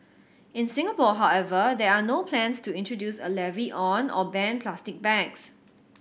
in Singapore however there are no plans to introduce a levy on or ban plastic bags